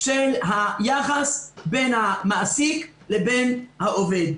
על היחס בין המעסיק לבין העובד.